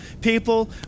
people